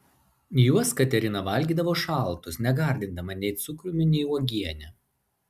juos katerina valgydavo šaltus negardindama nei cukrumi nei uogiene